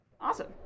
Awesome